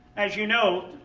as you know,